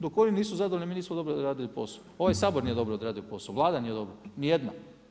Dok oni nisu zadovoljni mi nismo dobro odradili posao, ovaj Sabor nije odradio dobro posao, Vlada nije dobro, nijedna.